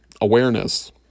Awareness